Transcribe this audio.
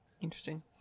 Interesting